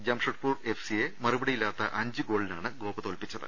ജംഷഡ്പൂർ എഫ്സിയെ മറുപടിയില്ലാത്ത അഞ്ച് ഗോളിനാണ് ഗോവ തോൽപ്പിച്ചത്